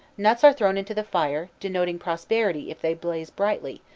nuts are thrown into the fire, denoting prosperity if they blaze brightly,